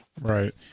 Right